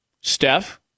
Steph